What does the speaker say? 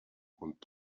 und